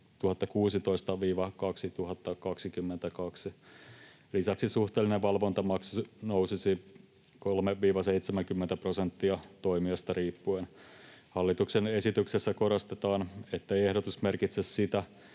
2016—2022. Lisäksi suhteellinen valvontamaksu nousisi 3—70 prosenttia toimijasta riippuen. Hallituksen esityksessä korostetaan, ettei ehdotus merkitse sitä,